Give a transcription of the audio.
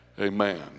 Amen